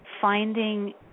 finding